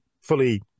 fully